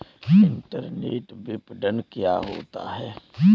Internet विपणन क्या होता है?